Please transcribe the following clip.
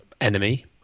enemy